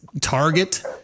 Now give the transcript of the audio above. target